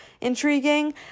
intriguing